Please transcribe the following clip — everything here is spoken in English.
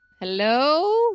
hello